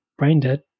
Braindead